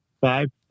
five